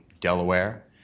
Delaware